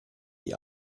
die